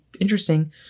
interesting